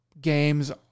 games